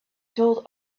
told